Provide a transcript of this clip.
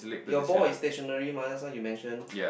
your ball is stationary mah just now you mention